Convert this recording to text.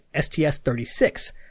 STS-36